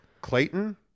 Clayton